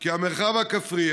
שהמרחב הכפרי,